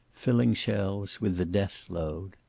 filling shells with the death load.